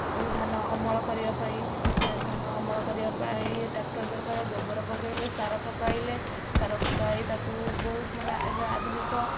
ଧାନ ଅମଳ କରିବା ପାଇଁ ଧାନ ଅମଳ କରିବା ପାଇଁ ଟ୍ରାକ୍ଟର ଦରକାର ଗୋବର ପକାଇଲେ ସାର ପକାଇଲେ ସାର ପକାଇ ତାକୁ ବହୁତ ମାନେ ଏବେ ଆଧୁନିକ